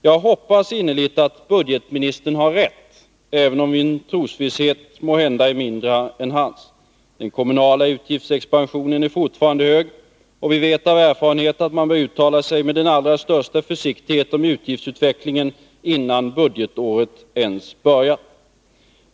Jag hoppas innerligt att budgetministern har rätt, även om min trosvisshet måhända är mindre än hans. Den kommunala utgiftsexpansionen är fortfarande hög, och vi vet av erfarenhet att man bör uttala sig med den allra största försiktighet om utgiftsutvecklingen innan budgetåret ens börjat.